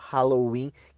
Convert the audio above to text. Halloween